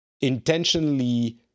intentionally